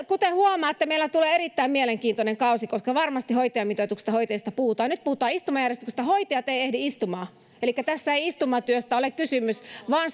kuten huomaatte meille tulee erittäin mielenkiintoinen kausi koska varmasti hoitajamitoituksesta ja hoitajista puhutaan nyt puhutaan istumajärjestyksestä hoitajat eivät ehdi istumaan elikkä tässä ei istumatyöstä ole kysymys vaan